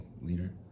leader